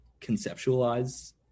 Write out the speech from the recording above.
conceptualize